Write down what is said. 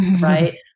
right